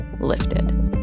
lifted